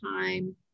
time